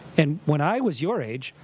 and when i was your age,